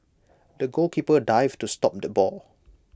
the goalkeeper dived to stop the ball